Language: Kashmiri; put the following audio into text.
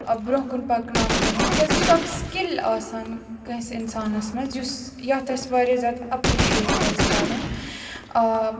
برۄنہہ کُن پَکناونہٕ موٗجوٗب کیازِ یہِ چھُ اکھ سِکِل آسان کٲنسہِ اِنسانَس منٛز یُس یَتھ ٲسۍ واریاہ زیادٕ اَپرِشِیٹ پَزِ کَرُن آ